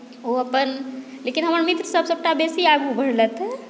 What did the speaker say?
ओ अपन लेकिन हमर मित्रसभ सभटा बेसी आगू बढ़लथि हेँ